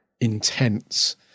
intense